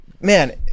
man